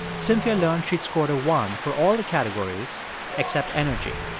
cynthia learned she'd scored a one for all the categories except energy.